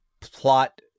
plot